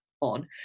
on